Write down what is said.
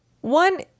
one